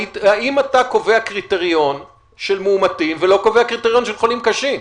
האם אתה קובע קריטריון של מאומתים ולא קובע קריטריון של חולים קשים.